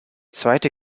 zweite